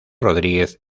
rodríguez